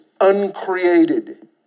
uncreated